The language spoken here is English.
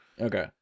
Okay